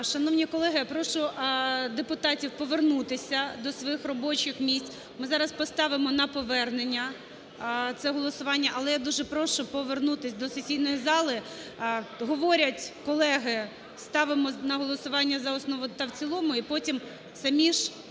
Шановні колеги, прошу депутатів повернутися до своїх робочих місць. Ми зараз поставимо на повернення це голосування. Але я дуже прошу повернутись до сесійної зали. Говорять колеги: ставимо на голосування за основу та в цілому – і потім самі ж